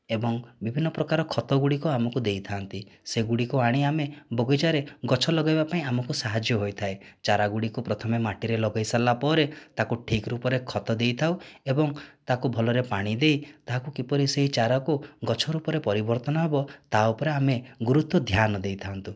ଏବଂ ବିଭିନ୍ନ ପ୍ରକାର ଖତ ଗୁଡ଼ିକ ଆମକୁ ଦେଇଥାନ୍ତି ସେଗୁଡ଼ିକୁ ଆଣି ଆମେ ବଗିଚାରେ ଗଛ ଲଗାଇବା ପାଇଁ ଆମକୁ ସାହାଯ୍ୟ ହୋଇଥାଏ ଚାରା ଗୁଡ଼ିକୁ ପ୍ରଥମେ ମାଟିରେ ଲଗାଇ ସାରିଲା ପରେ ତାକୁ ଠିକ୍ ରୂପରେ ଖତ ଦେଇଥାଉ ଏବଂ ତାକୁ ଭଲରେ ପାଣି ଦେଇ ତାହାକୁ କିପରି ସେହି ଚାରାକୁ ଗଛ ରୂପରେ ପରିବର୍ତ୍ତନ ହେବ ତାହା ଉପରେ ଆମେ ଗୁରୁତ୍ୱ ଧ୍ୟାନ ଦେଇଥାନ୍ତୁ